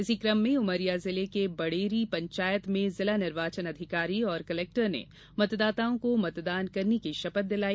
इसी क्रम में उमरिया जिले के बड़ेरी पंचायत में जिला निर्वाचन अधिकारी एंव कलेक्टर ने मतदाताओं को मतदान करने की शपथ दिलाई